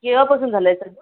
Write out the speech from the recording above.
केव्हापासून झालं आहे चालू